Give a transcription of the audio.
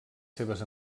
seves